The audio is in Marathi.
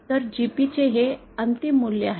तर GP चे हे अंतिम मूल्य आहे